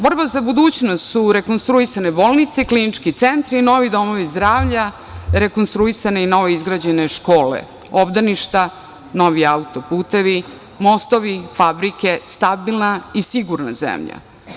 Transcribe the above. Borba za budućnost su rekonstruisane bolnice, klinički centri i novi domovi zdravlja, rekonstruisane i novoizgrađene škole, obdaništa, novi autoputevi, mostovi, fabrike, stabilna i sigurna zemlja.